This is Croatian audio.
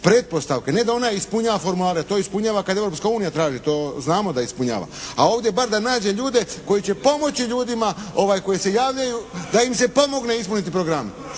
pretpostavke. Ne da ona ispunjava formulare. To ispunjava kad Europska unija traži. To znamo da ispunjava. A ovdje bar da nađe ljude koji će pomoći ljudima koji se javljaju da im se pomogne ispuniti program.